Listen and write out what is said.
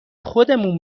خودمون